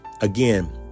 Again